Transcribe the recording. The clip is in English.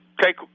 take